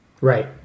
Right